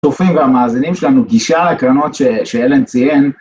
צופים והמאזינים שלנו, גישה לקרנות שאלן ציין.